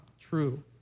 true